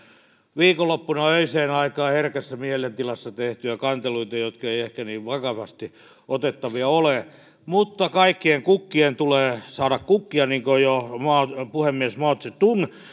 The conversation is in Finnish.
viikonloppuna öiseen aikaan herkässä mielentilassa tehtyjä kanteluita jotka eivät ehkä niin vakavasti otettavia ole mutta kaikkien kukkien tulee saada kukkia niin kuin jo puhemies mao tse tung